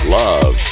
love